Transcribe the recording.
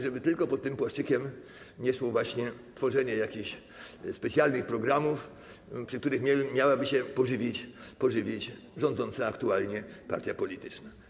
Żeby tylko pod tym płaszczykiem nie kryło się właśnie tworzenie jakichś specjalnych programów, przy których miałaby się pożywić rządząca aktualnie partia polityczna.